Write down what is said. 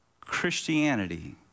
Christianity